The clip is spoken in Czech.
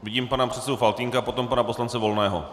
Vidím pana předsedu Faltýnka, potom pana poslance Volného.